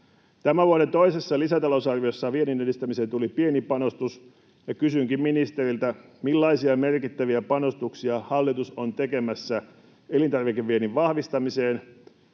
Tämän vuoden toisessa lisätalousarviossa viennin edistämiseen tuli pieni panostus, ja kysynkin ministeriltä: Millaisia merkittäviä panostuksia hallitus on tekemässä elintarvikeviennin vahvistamiseen,